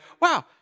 wow